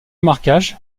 marquage